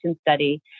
study